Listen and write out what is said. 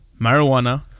marijuana